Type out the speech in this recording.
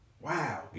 wow